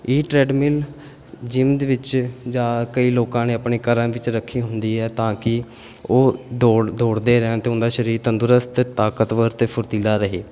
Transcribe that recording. ਇਹ treadmill gym ਦੇ ਵਿੱਚ ਜਾਂ ਕਈ ਲੋਕਾਂ ਨੇ ਆਪਣੇ ਘਰਾਂ ਵਿੱਚ ਰੱਖੀ ਹੁੰਦੀ ਹੈ ਤਾਂ ਕਿ ਉਹ ਦੌੜ ਦੌੜਦੇ ਰਹਿਣ ਅਤੇ ਉਹਨਾਂ ਦਾ ਸਰੀਰ ਤੰਦਰੁਸਤ ਤਾਕਤਵਰ ਅਤੇ ਫੁਰਤੀਲਾ ਰਹੇ